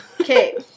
Okay